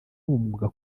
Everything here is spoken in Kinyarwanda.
umwuga